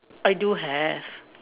I do have